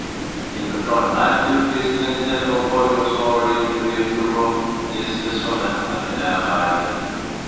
kaip ir tonio atveju kai skrendi euforijos oro linijų lėktuvu jis visuomet patiria avariją